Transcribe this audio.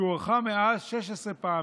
והיא הוארכה מאז 16 פעמים.